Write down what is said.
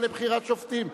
חברת הוועדה לבחירת שופטים?